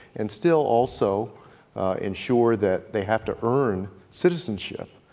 and still also ensure that they have to earn citizenship,